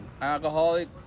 Alcoholic